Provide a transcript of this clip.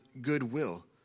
goodwill